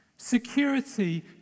security